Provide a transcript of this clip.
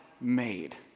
made